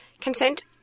consent